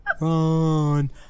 run